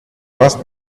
must